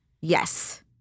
Yes